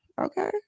Okay